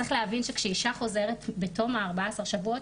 צריך להבין שכשאישה חוזרת בתום ה-14 שבועות,